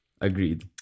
Agreed